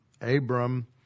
Abram